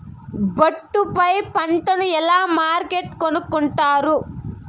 ఒట్టు పై పంటను ఎలా మార్కెట్ కొనుక్కొంటారు?